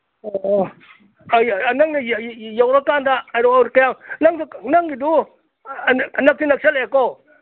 ꯑꯣ ꯅꯪꯅ ꯌꯧꯔꯀꯥꯟꯗ ꯍꯥꯏꯔꯛꯑꯣ ꯀꯌꯥꯝ ꯅꯪꯗꯣ ꯅꯪꯒꯤꯗꯨ ꯅꯛꯇꯤ ꯅꯛꯁꯜꯂꯛꯑꯦꯀꯣ